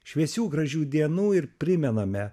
šviesių gražių dienų ir primename